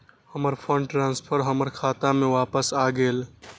हमर fund transfer हमर खाता में वापस आ गेल